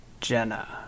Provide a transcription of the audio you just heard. Jenna